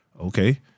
okay